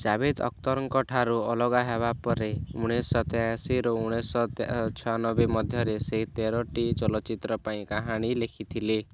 ଜାଭେଦ୍ ଅଖତରଙ୍କ ଠାରୁ ଅଲଗା ହେବା ପରେ ଉଣେଇଶିଶହ ତେୟାଅଶୀ ରୁ ଉଣେଇଶି ତେ ଶହ ଛାୟାନାବେ ମଧ୍ୟରେ ସେ ତେରଟି ଚଳଚ୍ଚିତ୍ର ପାଇଁ କାହାଣୀ ଲେଖିଥିଲେ